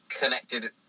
connected